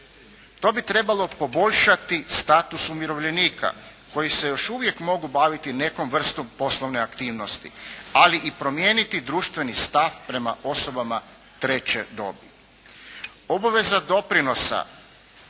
To bi trebalo poboljšati status umirovljenika koji se još uvijek mogu baviti nekom vrstom poslovne aktivnosti, ali i promijeniti društveni stav prema osobama treće dobi. Obaveza doprinosa